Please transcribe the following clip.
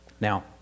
Now